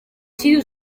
sido